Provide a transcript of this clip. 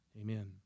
Amen